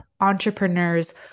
entrepreneurs